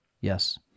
Yes